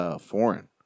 foreign